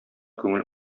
күңел